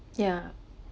yeah